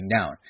down